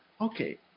okay